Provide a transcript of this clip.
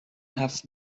have